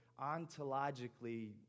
ontologically